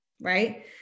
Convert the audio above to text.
right